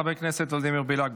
חבר כנסת ולדימיר בליאק,